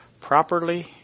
properly